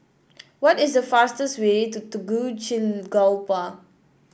what is the fastest way to Tegucigalpa